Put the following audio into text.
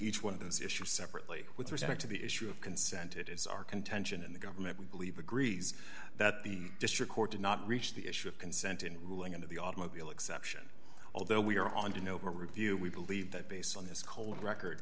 each one of those issues separately with respect to the issue of consent it is our contention and the government we believe agrees that the district court did not reach the issue of consent in ruling of the automobile exception although we are on to no review we believe that based on this cold record